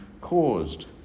caused